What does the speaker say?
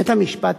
בית-המשפט